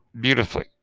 beautifully